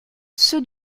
ceux